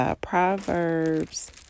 Proverbs